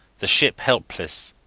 the ship helpless.